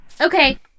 okay